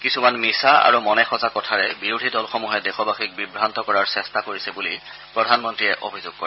কিছুমান মিছা আৰু মনেসজা কথাৰে বিৰোধী দলসমূহে দেশবাসীক বিভান্ত কৰাৰ চেষ্টা কৰিছে বুলি প্ৰধানমন্ত্ৰীয়ে অভিযোগ কৰে